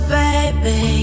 baby